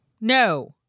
no